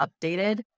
updated